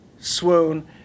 Swoon